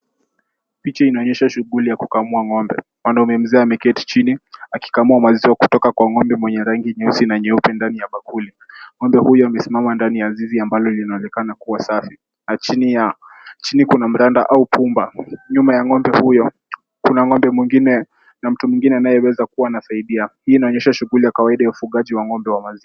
Picha inaonyesha shughuli ya kukamua ng'ombe. Mwanaume mzee ameketi chini, akikamua maziwa kutoka kwenye ng'ombe mwenye rangi nyeusi na nyeupe ndani ya bakuli. Ng'ombe huyo amesimama ndani ya zizi ambalo linaonekana kuwa safi. Chini kuna mranda au pumba. Nyuma ya ng'ombe huyo kuna ng'ombe mwingine na mtu mwingine anayeweza kuwa anasaidia. Hii inaonyesha shughuli ya kawaida ya ufugaji wa ng'ombe wa maziwa.